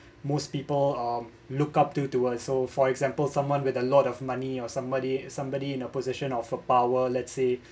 most people look up to to us so for example someone with a lot of money or somebody somebody in a position of a power let's say